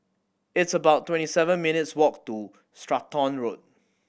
it's about twenty seven minutes' walk to Stratton Road